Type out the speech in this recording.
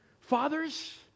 Fathers